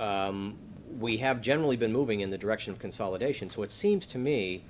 and we have generally been moving in the direction of consolidation so it seems to me